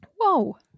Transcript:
Whoa